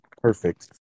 Perfect